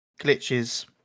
glitches